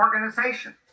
organization